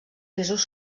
pisos